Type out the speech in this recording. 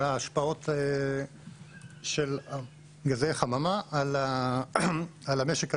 ההשפעות של גזי חממה על המשק הלאומי.